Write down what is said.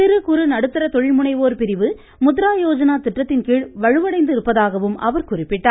சிறுகுறு நடுத்தர தொழில்முனைவோர் பிரிவு முத்ரா யோஜனா திட்டத்தின்கீழ் வலுவடைந்திருப்பதாகவும் அவர் குறிப்பிட்டார்